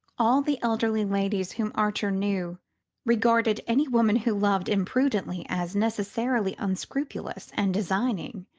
all the elderly ladies whom archer knew regarded any woman who loved imprudently as necessarily unscrupulous and designing,